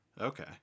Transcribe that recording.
Okay